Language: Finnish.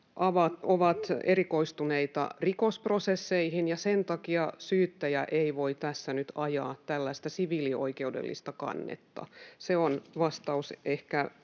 ovat erikoistuneita rikosprosesseihin, ja sen takia syyttäjä ei voi tässä nyt ajaa tällaista siviilioikeudellista kannetta. Se on ehkä